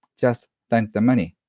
just thank the money,